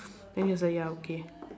then he was like ya okay